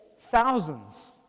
thousands